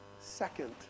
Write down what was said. second